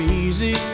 easy